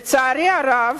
לצערי הרב,